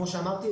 כמו שאמרתי,